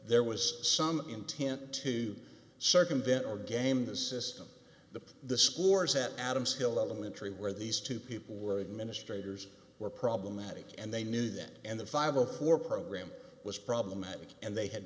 there was some intent to circumvent or game the system the the scores at adamsville elementary where these two people were administrator were problematic and they knew that and the fifty who are program was problematic and they had